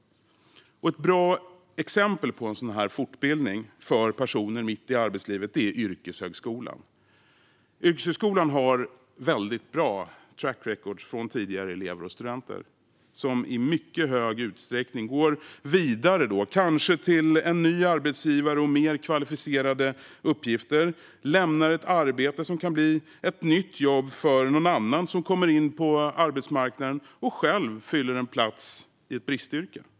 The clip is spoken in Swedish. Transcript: Ett bra exempel på en sådan här fortbildning för personer mitt i arbetslivet är yrkeshögskolan. Yrkeshögskolan har ett väldigt bra track record från tidigare elever och studenter, som i mycket hög utsträckning går vidare till en ny arbetsgivare och mer kvalificerade uppgifter. De lämnar ett arbete som kan bli ett nytt jobb för någon annan och fyller själva en plats i ett bristyrke.